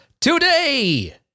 Today